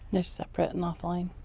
they are separate and off line.